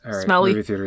Smelly